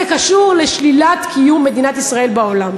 זה קשור לשלילת קיום מדינת ישראל בעולם.